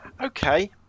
Okay